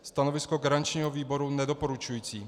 Stanovisko garančního výboru je nedoporučující.